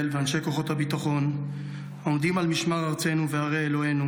ואנשי כוחות הביטחון העומדים על משמר ארצנו והרי אלוהינו